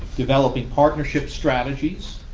developing partnership strategies,